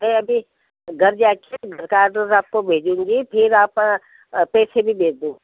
मैं अभी घर जा कर काड ओड आपको भेजूँगी फिर आप पेसे भी भेज दो उसको